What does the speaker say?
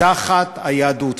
תחת היהדות.